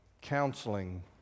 counseling